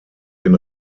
den